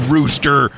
Rooster